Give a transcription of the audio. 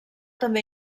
també